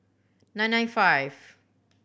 nine nine five